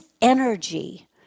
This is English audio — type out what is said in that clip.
energy